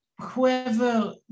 whoever